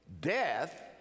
Death